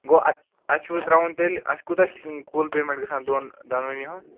گوٚو اَتہِ اَسہِ چھُ وۄنۍ ترٛاوُن تیٚلہِ اَسہِ کوٗتاہ چھُ کُل پیمٮ۪نٛٹ گژھان دۄن دۄنوٕنی ہُنٛد